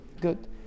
good